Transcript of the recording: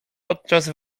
podczas